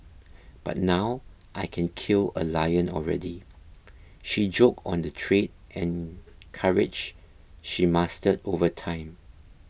but now I can kill a lion already she joked on the trade and courage she mastered over time